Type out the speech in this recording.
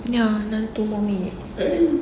ya another two more minutes